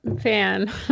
fan